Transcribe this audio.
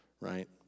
right